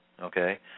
okay